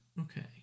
Okay